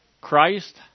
Christ